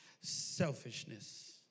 selfishness